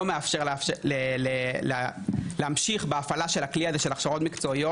מאפשר להמשיך בהפעלת הכלי הזה של הכשרות מקצועיות,